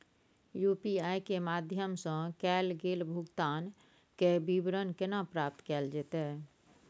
UPI के माध्यम सं कैल गेल भुगतान, के विवरण केना प्राप्त कैल जेतै?